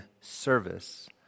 service